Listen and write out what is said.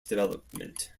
development